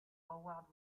howard